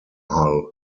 hull